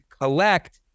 collect